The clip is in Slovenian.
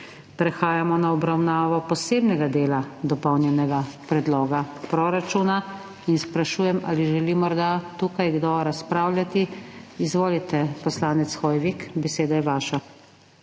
Prehajamo na obravnavo posebnega dela dopolnjenega predloga proračuna. Sprašujem, ali želi morda tukaj kdo razpravljati. Izvolite, poslanec Hoivik, beseda je vaša.